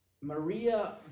Maria